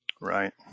Right